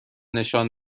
نشان